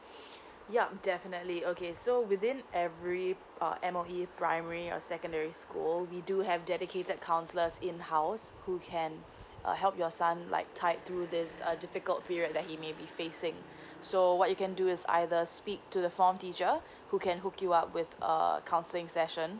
yup definitely okay so within every uh M_O_E primary or secondary school we do have dedicated counsellors in house who can uh help your son like tight through this uh difficult period that he may be facing so what you can do is either speak to the form teacher who can hook you up with uh counselling session